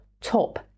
top